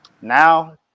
Now